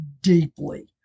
deeply